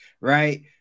right